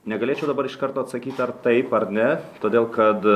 negalėčiau dabar iš karto atsakyti ar taip ar ne todėl kad